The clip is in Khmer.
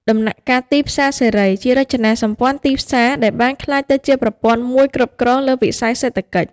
ដំណាក់កាល "ទីផ្សារសេរី" ជារចនាសម្ព័ន្ធទីផ្សារដែលបានក្លាយទៅជាប្រព័ន្ធមួយគ្រប់គ្រងលើវិស័យសេដ្ឋកិច្ច។